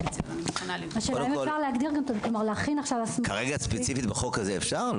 השאלה אם אפשר להגדיר- -- כרגע בחוק הספציפי הזה אפשר?